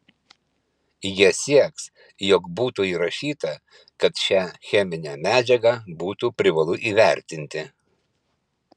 jie sieks jog būtų įrašyta kad šią cheminę medžiagą būtų privalu įvertinti